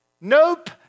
Nope